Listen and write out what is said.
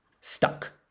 stuck